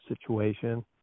situation